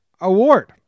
Award